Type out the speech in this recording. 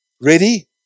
ready